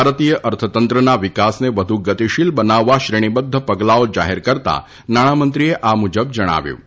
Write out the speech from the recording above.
ભારતીય અર્થતંત્રના વિકાસને વધુ ગતિશીલ બનાવવા શ્રેણીબદ્ધ પગલાંઓ જાહેર કરતાં નાણાંમંત્રીએ આ મુજબ જણાવ્યું હતું